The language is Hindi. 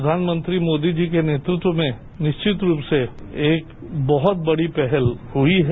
प्रधानमंत्री मोदी जी के नेतृत्व में निश्चित रूप से एक बहुत बड़ी पहल हुई है